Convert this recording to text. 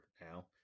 now